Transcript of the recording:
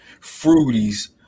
fruities